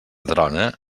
trona